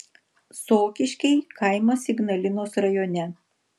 sokiškiai kaimas ignalinos rajone